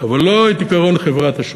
אבל לא את עקרון חברת השוק,